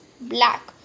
black